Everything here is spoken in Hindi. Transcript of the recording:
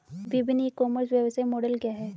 विभिन्न ई कॉमर्स व्यवसाय मॉडल क्या हैं?